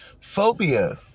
phobia